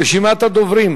רשימת הדוברים